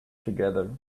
together